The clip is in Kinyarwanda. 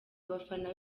abafana